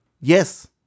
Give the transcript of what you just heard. Yes